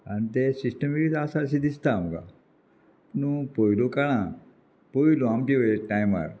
आनी तें सिस्टमेटीक आसा अशें दिसता आमकां पूण न्हू पयलो काळान पयलो आमचे वेळ टायमार